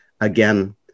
Again